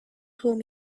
whom